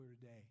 today